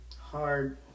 hard